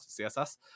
CSS